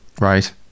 right